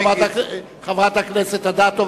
חברת הכנסת אדטו,